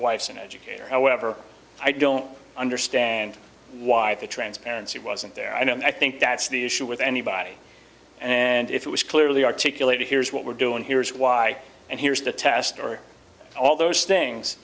wife's an educator however i don't understand why the transparency wasn't there i don't know i think that's the issue with anybody and if it was clearly articulated here's what we're doing here is why and here's the test or all those things